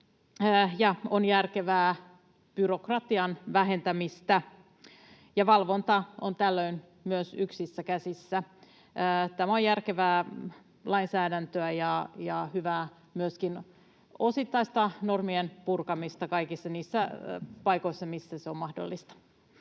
on järkevää byrokratian vähentämistä, ja myös valvonta on tällöin yksissä käsissä. Tämä on järkevää lainsäädäntöä ja myöskin hyvää osittaista normien purkamista kaikissa niissä paikoissa, missä se on mahdollista.